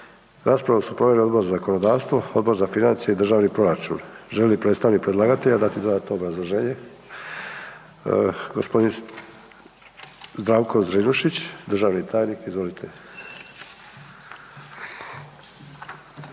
Raspravu su proveli Odbor za zakonodavstvo, Odbor za financije i državni proračun. Želi li predstavnik predlagatelja dati dodatno obrazloženje? Gospodin Zdravko Zrinušić, državni tajnik, izvolite.